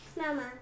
Mama